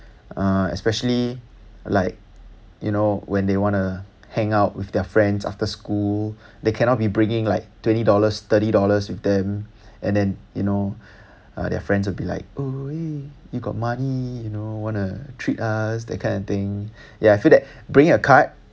uh especially like you know when they wanna hang out with their friends after school they cannot be bringing like twenty dollars thirty dollars with them and then you know uh their friends would be like oh eh you got money you know wanna treat us that kind of thing yeah I feel that bringing a card